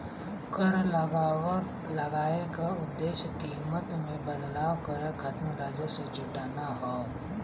कर लगाये क उद्देश्य कीमत में बदलाव करे खातिर राजस्व जुटाना हौ